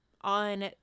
On